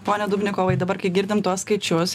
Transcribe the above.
pone dubnikovai dabar kai girdim tuos skaičius